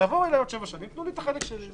תבואו אליי עוד שבע שנים ותיתנו לי את החלק שלי,